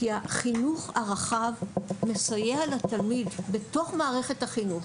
שהחינוך הרחב מסייע לתלמיד, בתוך מערכת החינוך,